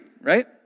right